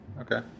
Okay